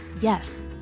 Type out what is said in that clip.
Yes